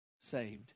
saved